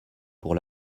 pour